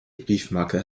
briefmarke